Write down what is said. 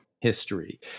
history